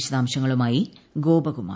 വിശദാംശങ്ങളുമായി ഗോപകുമാർ